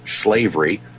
slavery